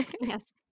Yes